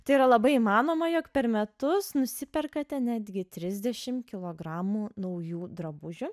tai yra labai įmanoma jog per metus nusiperkate netgi trisdešim kilogramų naujų drabužių